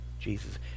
Jesus